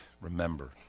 remember